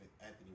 Anthony